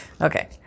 Okay